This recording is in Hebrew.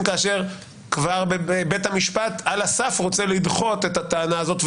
כאשר בית המשפט על הסף רוצה לדחות את הטענה הזאת,